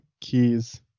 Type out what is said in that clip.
keys